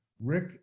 Rick